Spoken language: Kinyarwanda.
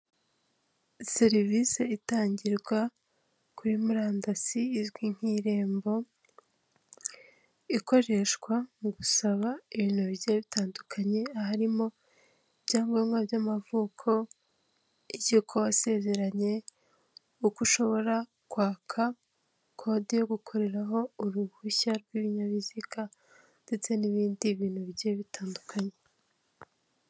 Serivisi itangirwa kuri murandasi izwi nk'irembo. Ikoreshwa mu gusaba ibintu bigiye bitandukanye aharimo ibyangombwa by'amavuko, icy'uko wasezeranye, uko ushobora kwaka kode yo gukoreraho uruhushya rw'ibinyabiziga ndetse n'ibindi bintu bigiye bitandukanye.